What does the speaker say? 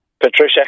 Patricia